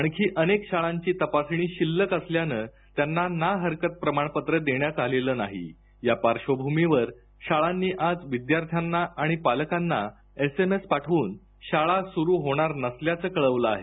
आणखी अनेक शाळांची तपासणी शिल्लक असल्याने त्यांना ना हरकत प्रमाणपत्र देण्यात आलेलं नाही या पार्श्वभूमीवर शाळांनी आज विद्यार्थ्यांना आणि पालकांना एसएमएस पाठवून शाळा सुरू होणार नसल्याचे कळवलं आहे